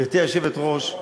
גברתי היושבת-ראש,